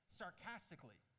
sarcastically